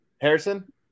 Harrison